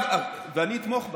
ואני אתמוך בה,